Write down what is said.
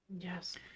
Yes